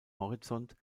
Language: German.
horizont